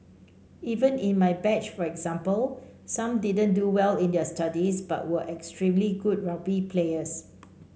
even in my batch for example some didn't do well in their studies but were extremely good rugby players